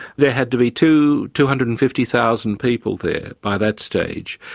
there had to be two two hundred and fifty thousand people there by that stage,